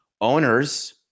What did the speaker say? Owners